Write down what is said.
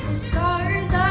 scars